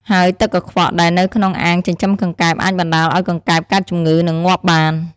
ហើយទឹកកខ្វក់ដែលនៅក្នុងអាងចិញ្ចឹមកង្កែបអាចបណ្ដាលឲ្យកង្កែបកើតជំងឺ និងងាប់បាន។